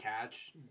catch